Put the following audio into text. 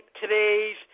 today's